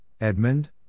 Edmund